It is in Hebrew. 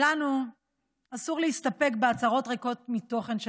לנו אסור להסתפק בהצהרות ריקות מתוכן של